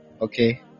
Okay